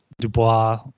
Dubois